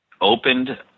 opened